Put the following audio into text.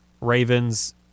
Ravens